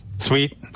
Sweet